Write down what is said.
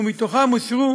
ומתוכן אושרו